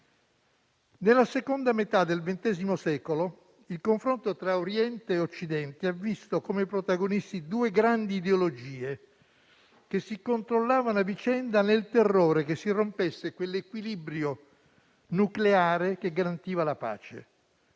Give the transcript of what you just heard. Nella seconda metà del XX secolo, il confronto tra Oriente e Occidente ha visto come protagonisti due grandi ideologie, che si controllavano a vicenda nel terrore che si rompesse quell'equilibrio nucleare che garantiva la pace.